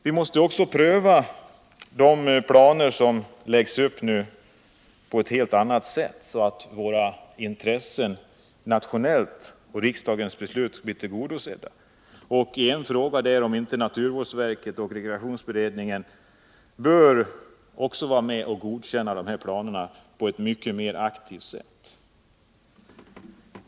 Vi måste också pröva de planer som nu läggs upp på ett helt annat sätt, så att våra nationella intressen och riksdagens beslut blir tillgodosedda. Jag har också frågat om inte naturvårdsverket och rekreationsberedningen bör vara med och godkänna planerna på ett mycket mer aktivt sätt.